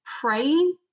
praying